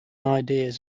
ideas